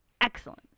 Excellent